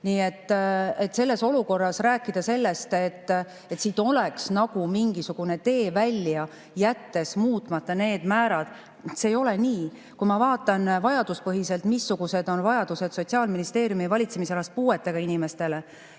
Nii et selles olukorras rääkida sellest, et siit oleks nagu mingisugune tee välja, jättes muutmata need määrad – see ei ole nii! Kui ma vaatan vajaduspõhiselt, missugused on vajadused Sotsiaalministeeriumi valitsemisalas puuetega inimestele,